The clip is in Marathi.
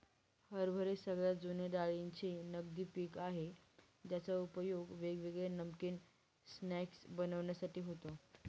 हरभरे सगळ्यात जुने डाळींचे नगदी पिक आहे ज्याचा उपयोग वेगवेगळे नमकीन स्नाय्क्स बनविण्यासाठी होतो